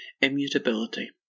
immutability